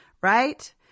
right